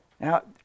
Now